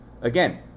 Again